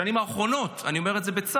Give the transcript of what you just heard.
בשנים האחרונות, אני אומר את זה בצער,